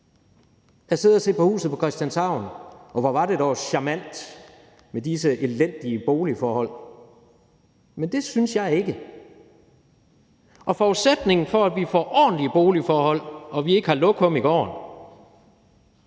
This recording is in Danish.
at sidde og se på »Huset på Christianshavn« – og hvor var det dog charmant med disse elendige boligforhold! – men det synes jeg ikke. Og forudsætningen for, at vi får ordentlige boligforhold og vi ikke har lokum i gården,